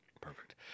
Perfect